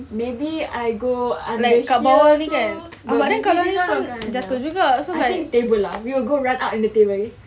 maybe I go under here also I think table ah we'll go under the table